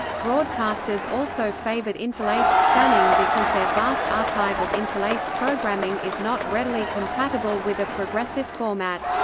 broadcasters also favored interlaced scanning because their vast archive of interlaced programming is not readily compatible with a progressive format.